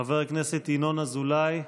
חבר הכנסת ינון אזולאי,